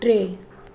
टे